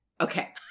okay